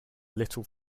little